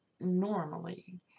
Normally